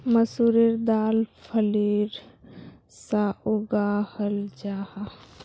मसूरेर दाल फलीर सा उगाहल जाहा